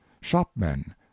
shopmen